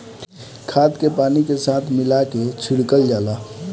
खाद के पानी के साथ मिला के छिड़कल जाला